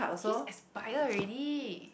his expire already